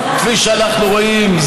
כפי שאנחנו רואים,